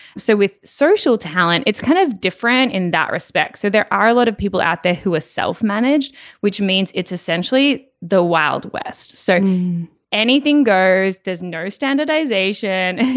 so with social talent it's kind of different in that respect. so there are a lot of people out there who are self managed which means it's essentially the wild west. so anything goes. there's no standardization.